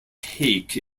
cake